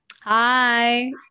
Hi